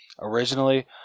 originally